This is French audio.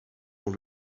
dans